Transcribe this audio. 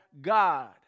God